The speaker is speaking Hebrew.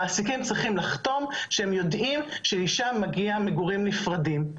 המעסיקים צריכים לחתום שהם יודעים שאישה מגיעה מגורים נפרדים.